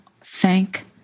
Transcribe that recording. thank